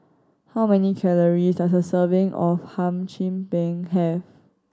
how many calories does a serving of Hum Chim Peng have